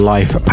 Life